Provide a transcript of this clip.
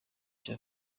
cya